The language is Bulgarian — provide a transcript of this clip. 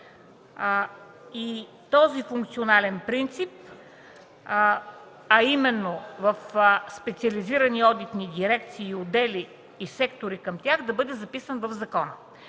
Този функционален признак, а именно – специализирани одитни дирекции, отдели и сектори към тях, да бъде записан в закона.